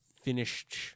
finished